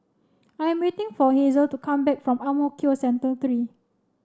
I'm waiting for Hazel to come back from Ang Mo Kio Central Three